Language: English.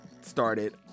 started